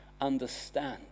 understand